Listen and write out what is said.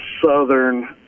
Southern